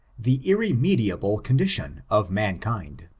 the irremediable condition of mankind.